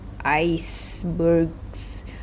icebergs